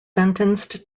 sentenced